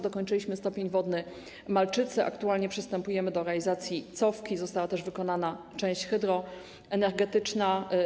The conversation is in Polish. Dokończyliśmy stopień wodny Malczyce, aktualnie przystępujemy do realizacji cofki, została też wykonana część hydroenergetyczna.